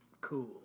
cool